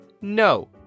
no